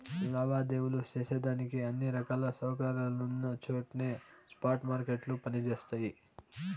లావాదేవీలు సేసేదానికి అన్ని రకాల సౌకర్యాలున్నచోట్నే స్పాట్ మార్కెట్లు పని జేస్తయి